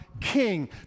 king